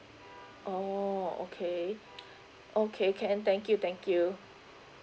oh okay okay can thank you thank you